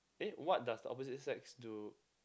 eh what does the opposite sex do